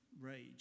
rage